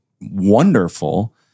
wonderful